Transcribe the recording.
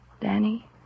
Danny